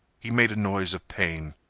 he made a noise of pain.